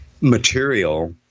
material